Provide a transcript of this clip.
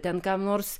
ten kam nors